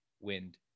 wind